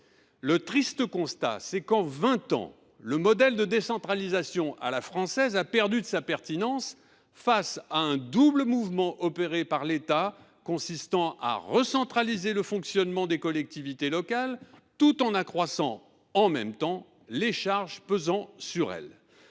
Le triste constat, c’est qu’en vingt ans le modèle de décentralisation à la française a perdu de sa pertinence face à un double mouvement opéré par l’État consistant à recentraliser le fonctionnement des collectivités locales tout en accroissant, en même temps, les charges pesant sur elles.